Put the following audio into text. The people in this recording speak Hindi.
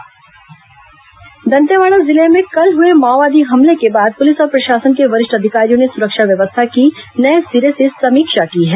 बस्तर सुरक्षा दंतेवाड़ा जिले में कल हुए माओवादी हमले के बाद पुलिस और प्रशासन के वरिष्ठ अधिकारियों ने सुरक्षा व्यवस्था की नये सिरे से समीक्षा की है